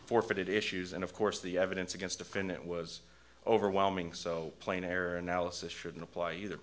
forfeited issues and of course the evidence against defend it was overwhelming so plain error analysis shouldn't apply either